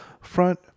front